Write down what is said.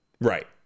Right